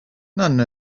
none